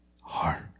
heart